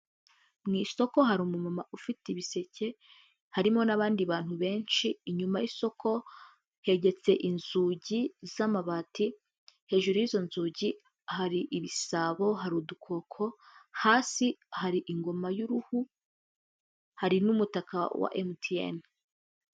Mu isoko hari umumama ufite ibiseke harimo n'abandi bantu benshi inyuma y'isoko hegetse inzugi z'amabati hejuru y'izo nzugi hari ibisabo, hari udukoko, hasi hari ingoma y'uruhu hari n'umutaka wa emutiyene.